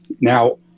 Now